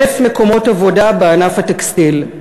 1,000 מקומות עבודה בענף הטקסטיל.